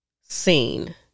seen